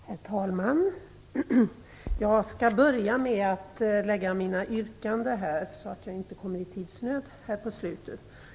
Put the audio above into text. Herr talman! Jag skall börja med att lägga fram mina yrkanden så att jag inte kommer i tidsnöd på slutet.